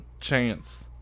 chance